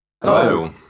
Hello